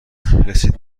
رسید